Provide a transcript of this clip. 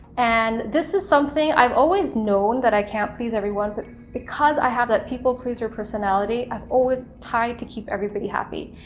and this is something i've always known that i can't please everyone, but because i have that people pleaser personality, i've always tried to keep everybody happy,